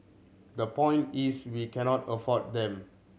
the point is we cannot afford them